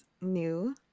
new